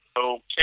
Okay